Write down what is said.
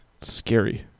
scary